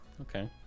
Okay